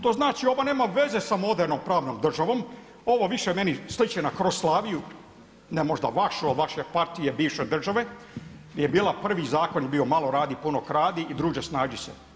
To znači ovo nema veze sa modernom pravnom državom, ovo više meni sliči na „Croslaviju“ ne možda vašu ali vaše partije bivše države je bila, prvi zakon je bio „Malo radi, puno kradi“ i „Druže snađi se“